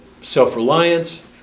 self-reliance